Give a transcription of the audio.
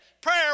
prayer